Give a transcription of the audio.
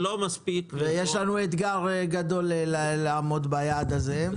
יש לנו אתגר גדול לעמוד ביעד הזה.